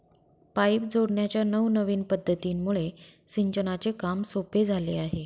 pipe जोडण्याच्या नवनविन पध्दतीमुळे सिंचनाचे काम सोपे झाले आहे